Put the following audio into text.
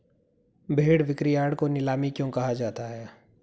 भेड़ बिक्रीयार्ड को नीलामी क्यों कहा जाता है?